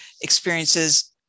experiences